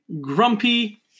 grumpy